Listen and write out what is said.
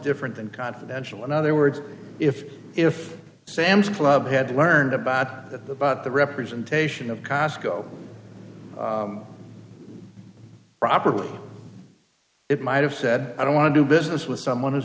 different than confidential in other words if if sam's club had learned about the about the representation of cosco property it might have said i don't want to do business with someone who's